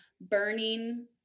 burning